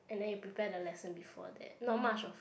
and then you prepare the lesson before that not much of